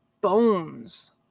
bones